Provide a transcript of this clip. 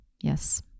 Yes